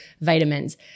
vitamins